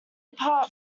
apart